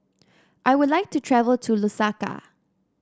I would like to travel to Lusaka